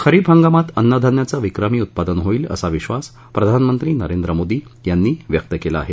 खरीप हंगामात अन्नधान्याचं विक्रमी उत्पादन होईल असा विश्वास प्रधानमंत्री नरेंद्र मोदी यांनी व्यक्त केला आहे